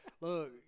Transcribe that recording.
look